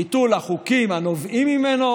ביטול החוקים הנובעים ממנו,